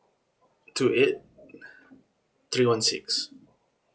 two eight three one six